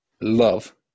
love